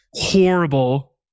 horrible